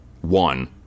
one